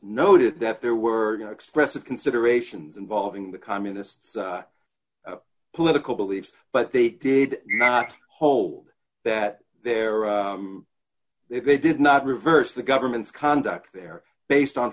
noted that there were you know expressive considerations involving the communists political beliefs but they did not hold that there if they did not reverse the government's conduct there based on